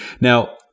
Now